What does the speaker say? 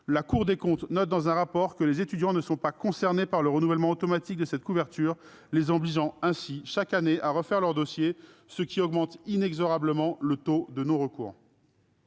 la Cour des comptes note dans un rapport que les étudiants ne sont pas concernés par le renouvellement automatique de cette couverture. Ils sont ainsi obligés, chaque année, de refaire leur dossier, ce qui augmente inexorablement le taux de non-recours.